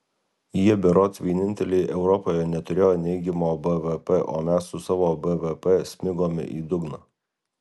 jie berods vieninteliai europoje neturėjo neigiamo bvp o mes su savo bvp smigome į dugną